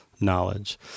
knowledge